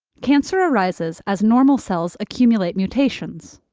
cancer arises as normal cells accumulate mutations.